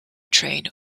train